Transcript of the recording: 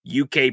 UK